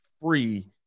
free